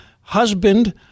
husband